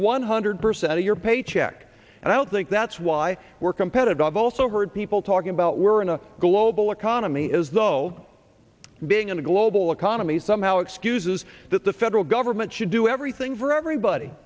one hundred percent of your paycheck and i don't think that's why we're competitive also heard people talking about we're in a global economy as though being in a global economy somehow excuses that the federal government should do everything for everybody